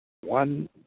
One